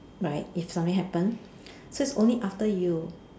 like if something happen so it's only after you